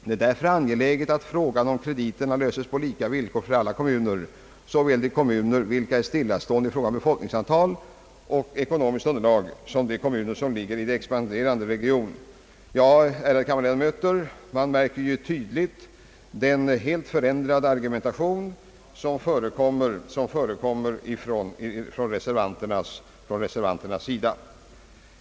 Det är därför angeläget att frågan om krediterna löses på lika villkor för alla kommuner, såväl de kommuner vilka är stillastående i fråga om befolkningstal och ekonomiskt underlag som de kommuner som ligger i en expanderande region.» Ja, ärade kammarledamöter, man märker tydligt att reservanternas argumentation helt har förändrats på denna korta tid.